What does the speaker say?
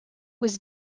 was